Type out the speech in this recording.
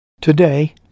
Today